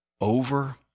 over